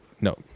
No